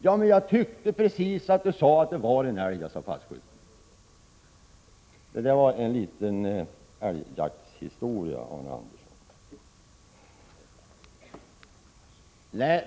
Ja, men jag tyckte precis att du sade att du var en älg, sade passkytten. Det var en liten älgjaktshistoria, Arne Andersson i Ljung.